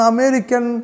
American